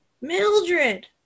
Mildred